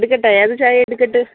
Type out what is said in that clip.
എടുക്കട്ടെ ഏത് ചായ എടുക്കണം